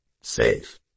safe